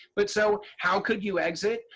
but so, how could you exit?